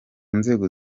nzego